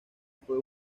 fue